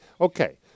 okay